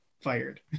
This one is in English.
fired